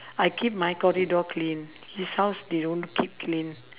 I keep my corridor clean his house they don't keep clean